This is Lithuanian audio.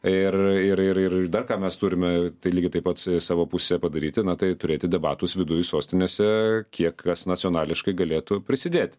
ir ir ir ir dar ką mes turime tai lygiai taip pat savo pusę padaryti na tai turėti debatus viduj sostinėse kiek kas nacionališkai galėtų prisidėt